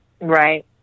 Right